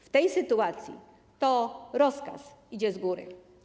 W tej sytuacji to rozkaz idzie z góry.